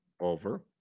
over